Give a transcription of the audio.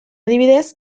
adibidez